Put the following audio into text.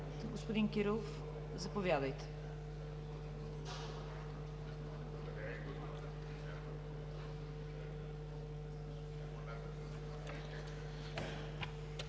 Господин Кирилов, заповядайте.